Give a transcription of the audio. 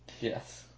Yes